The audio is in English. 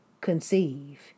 conceive